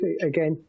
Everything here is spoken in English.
again